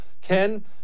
Ken